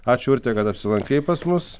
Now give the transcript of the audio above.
ačiū urte kad apsilankei pas mus